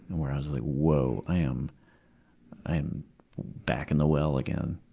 where i was like, whoa, i am i am back in the well again.